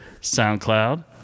SoundCloud